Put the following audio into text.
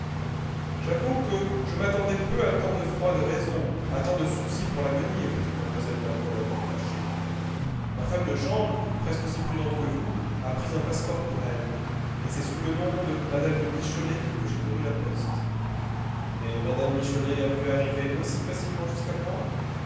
j'avoue que je m'attendais peu à tant de froide raison à tant de souci pour l'avenir dit mlle de la mole à demi fâchée ma femme de chambre presque aussi prudente que vous a pris un passeport pour elle et c'est sous le nom de mme michelet que j'ai couru la poste et mme michelet a pu arriver aussi facilement jusqu'à moi